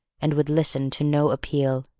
and would listen to no appeal.